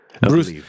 Bruce